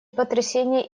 потрясения